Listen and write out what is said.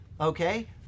okay